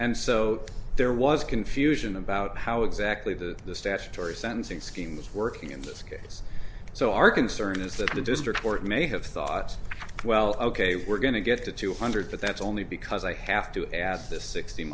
and so there was confusion about how exactly the statutory sentencing scheme was working in this case so our concern is that a district court may have thought well ok we're going to get to two hundred but that's only because i have to ask this sixt